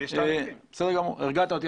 הרגעת אותי.